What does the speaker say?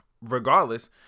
Regardless